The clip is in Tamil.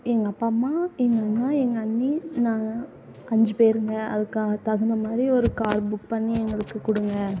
எங்கள் அப்பா அம்மா எங்கள் அண்ணா எங்கள் அண்ணி நான் அஞ்சு பேருங்க அதுக்கா தகுந்த மாதிரி ஒரு கார் புக் பண்ணி எங்களுக்கு கொடுங்க